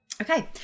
Okay